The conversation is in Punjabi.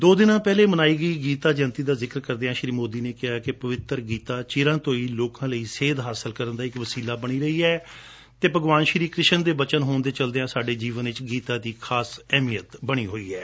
ਦੋ ਦਿਨ ਪਹਿਲੇ ਮਨਾਈ ਗਈ ਗੀਤਾ ਜੈਅੰਤੀ ਦਾ ਜ਼ਿਕਰ ਕਰਦਿਆਂ ਸ੍ਰੀ ਮੋਦੀ ਨੇ ਕਿਹਾ ਕਿ ਪਵਿੱਤਰ ਗੀਤਾ ਚਿਰਾਂ ਤੋਂ ਲੋਕਾਂ ਲਈ ਸੇਧ ਹਾਸਲ ਕਰਣ ਦਾ ਇਕ ਵਸੀਲਾ ਬਣੀ ਰਹੀ ਹੈ ਅਤੇ ਭਗਵਾਨ ਸ੍ਰੀ ਕ੍ਰਿਸ਼ਨ ਦੇ ਬਚਨ ਹੋਣ ਦੇ ਚਲਦਿਆਂ ਸਾਡੇ ਜੀਵਨ ਵਿਚ ਗੀਤਾ ਦੀ ਇਕ ਖਾਸ ਅਹਿਮੀਅਤ ਹੈ